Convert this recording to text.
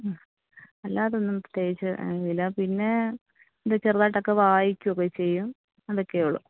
അല്ലാതെ ഒന്നും പ്രത്യേകിച്ച് ഇല്ല പിന്നെ ചെറുതായിട്ടൊക്കെ വായിക്കുവൊക്കെ ചെയ്യും അതൊക്കെയേ ഉള്ളൂ